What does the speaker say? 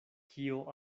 kio